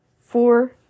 Four